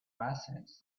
buses